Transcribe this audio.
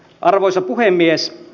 arvoisa puhemies